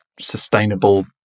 sustainable